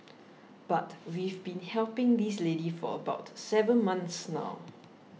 but we've been helping this lady for about seven months now